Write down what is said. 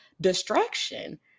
distraction